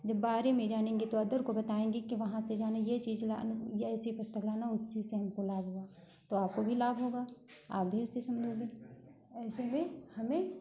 जब बारे में जानेंगे तो अदर को बताएंगे कि वहाँ से जाना ये चीज ला ये ऐसी पुस्तक लाना इसी से हमको लाभ हुआ तो आपको भी लाभ होगा आप भी उसी से लोगे ऐसे ही हमें